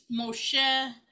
Moshe